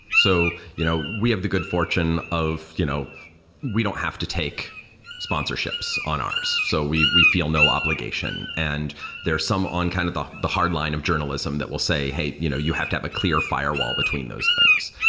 so you know we have the good fortune of you know we don't have to take sponsorships on ours. so we we feel no obligation, and there are some on kind of the the hard line of journalism that will say, hey, you know you have to have a clear firewall between those things.